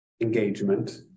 engagement